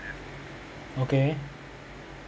okay